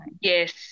yes